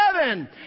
heaven